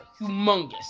humongous